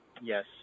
yes